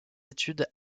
études